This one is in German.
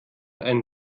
einen